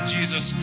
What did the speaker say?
Jesus